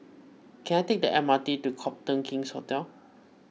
can I take the M R T to Copthorne King's Hotel